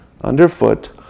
underfoot